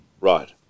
Right